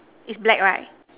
is black right